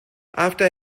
after